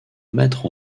mettre